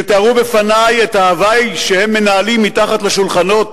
שתיארו בפני את ההווי שהם מנהלים מתחת לשולחנות,